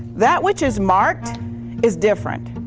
that which is marked is different.